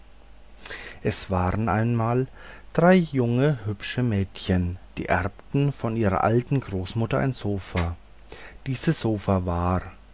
es waren einmal drei junge hübsche mädchen die erbten von ihrer alten großmutter ein sofa dieses sofa war